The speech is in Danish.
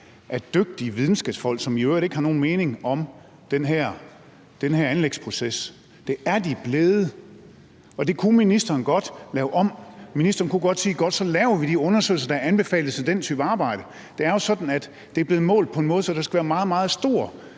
af dygtige videnskabsfolk, som i øvrigt ikke har nogen mening om den her anlægsproces. Det kunne ministeren godt lave om. Ministeren kunne godt sige, at så laver vi de undersøgelser, der anbefales ved den type arbejde. Det er jo sådan, at det er blevet målt på en måde, så der skal være en meget, meget stor